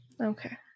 Okay